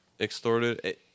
extorted